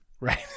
right